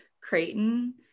Creighton